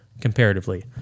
comparatively